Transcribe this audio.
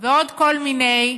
ועוד כל מיני,